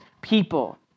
people